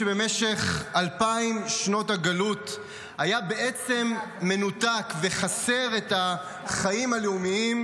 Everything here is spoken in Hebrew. שבמשך אלפיים שנות הגלות היה בעצם מנותק וחסר את החיים הלאומיים,